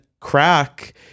crack